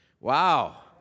Wow